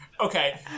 Okay